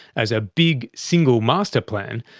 as a big, single master plan,